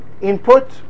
input